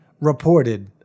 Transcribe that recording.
reported